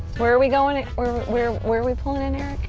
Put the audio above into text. where are we going. we're where where we pulling in here.